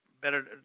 better